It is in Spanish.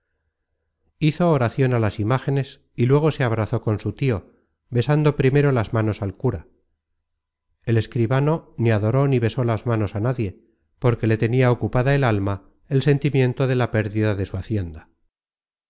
hizo oracion a las imágenes y luego se abrazó con su tio besando primero las manos al cura el escribano ni adoró ni besó las manos á nadie porque le tenia ocupada el alma el sentimiento de la pérdida de su hacienda